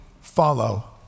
follow